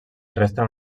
resten